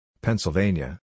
Pennsylvania